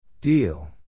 Deal